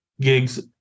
gigs